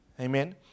Amen